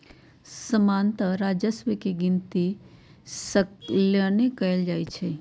सामान्तः राजस्व के गिनति सलने कएल जाइ छइ